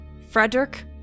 Frederick